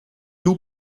two